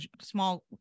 small